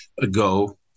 ago